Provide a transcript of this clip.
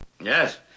Yes